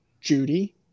Judy